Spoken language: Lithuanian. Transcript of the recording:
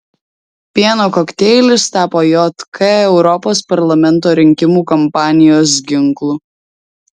pieno kokteilis tapo jk europos parlamento rinkimų kampanijos ginklu